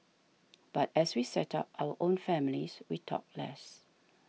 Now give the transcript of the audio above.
but as we set up our own families we talked less